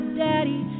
daddy